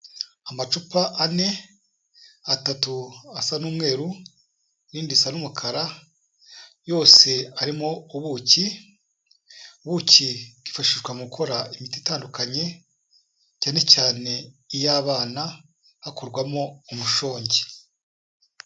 Amacupa ane, atatu asa n'umweru, irindi risa n'umukara, yose arimo ubuki, ubuki bwifashishwa mu gukora imiti itandukanye cyane cyane iy'abana, hakorwamo umushongi.